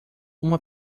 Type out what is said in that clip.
uma